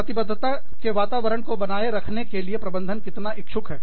प्रतिबद्धता के वातावरण को बनाए रखने में प्रबंधन कितना इच्छुक है